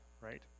right